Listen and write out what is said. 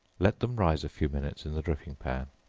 let them rise a few minutes in the dripping-pan.